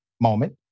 moment